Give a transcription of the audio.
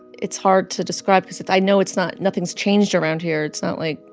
it's hard to describe cause it's i know it's not nothing's changed around here. it's not like,